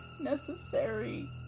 necessary